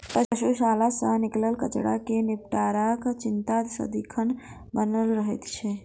पशुशाला सॅ निकलल कचड़ा के निपटाराक चिंता सदिखन बनल रहैत छै